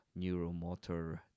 neuromotor